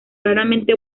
raramente